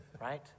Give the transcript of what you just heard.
right